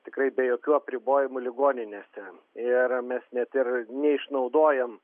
tikrai be jokių apribojimų ligoninėse ir mes net ir neišnaudojam